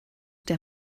der